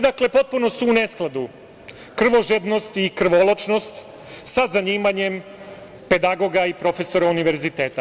Dakle, potpuno su ne skladu krvožednost i krvoločnost sa zanimanjem pedagoga i profesora univerziteta.